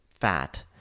fat